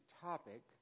topic